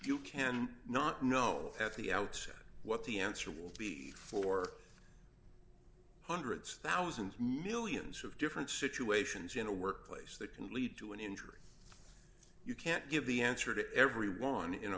you can not know at the outset what the answer will be for hundreds thousands millions of different situations in a workplace that can lead to an injury you can't give the answer to every one in